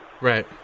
Right